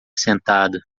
sentada